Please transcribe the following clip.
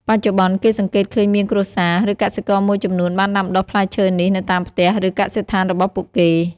បច្ចុប្បន្ន គេសង្កេតឃើញមានគ្រួសារ ឬកសិករមួយចំនួនបានដាំដុះផ្លែឈើនេះនៅតាមផ្ទះ ឬកសិដ្ឋានរបស់ពួកគេ។